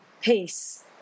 peace